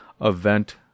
event